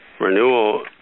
renewal